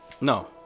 No